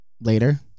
later